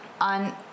on